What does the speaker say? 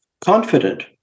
Confident